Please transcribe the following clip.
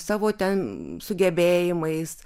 savo ten sugebėjimais